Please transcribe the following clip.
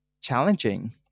challenging